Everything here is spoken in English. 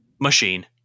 Machine